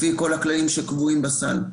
לפי כל הכללים שקבועים בסל.